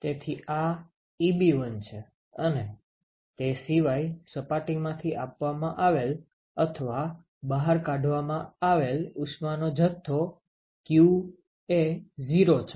તેથી આ Eb1 છે અને તે સિવાય સપાટીમાંથી આપવામાં આવેલ અથવા બહાર કાઢવામાં આવેલ ઉષ્માનો જથ્થો q એ 0 છે